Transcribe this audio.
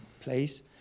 place